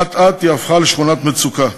אט-אט היא הפכה לשכונת מצוקה.